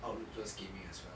outlook towards gaming as well